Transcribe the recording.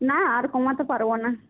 না আর কমাতে পারব না